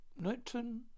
Newton